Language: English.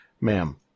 Ma'am